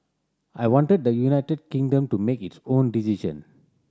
I want the United Kingdom to make its own decision